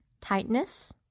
tightness